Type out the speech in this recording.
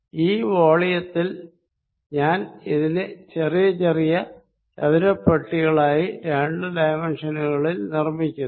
ഈ വോളിയത്തിൽ ഞാൻ ഇതിനെ ചെറിയ റെക്ടാങ്കുലർ ബോക്സുകളായി ടു ഡൈമെൻഷനിൽ നിർമ്മിക്കുന്നു